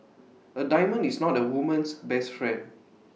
A diamond is not A woman's best friend